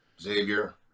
Xavier